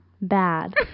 bad